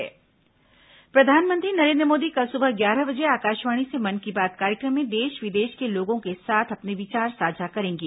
मन की बात प्रधानमंत्री नरेन्द्र मोदी कल सुबह ग्यारह बजे आकाशवाणी से मन की बात कार्यक्रम में देश विदेश के लोगों के साथ अपने विचार साझा करेंगे